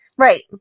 Right